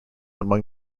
among